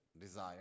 desire